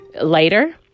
later